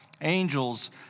angels